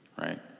Right